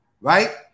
right